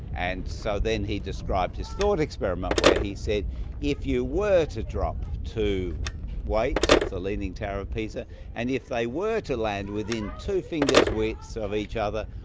and so then he described his thought experiment where he said if you were to drop two weights off the leaning tower of pisa and if they were to land within two fingers widths ah of each other,